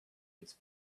its